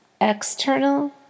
external